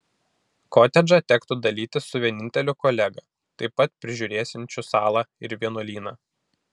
kotedžą tektų dalytis su vieninteliu kolega taip pat prižiūrėsiančiu salą ir vienuolyną